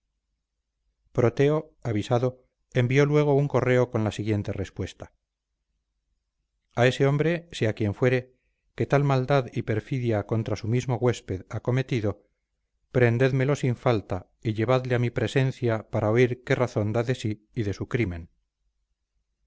lleva proteo avisado envió luego un correo con la siguiente respuesta a ese hombre sea quien fuere que tal maldad y perfidia contra su mismo huésped ha cometido prendédmelo sin falta y llevadle a mi presencia para oír qué razón da de sí y de su crimen